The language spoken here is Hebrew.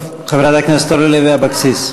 טוב, חברת הכנסת אורלי לוי אבקסיס.